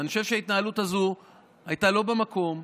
ואני חושב שההתנהלות הזו הייתה לא במקום,